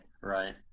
right